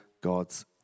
God's